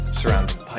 surrounding